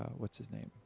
ah what's his name?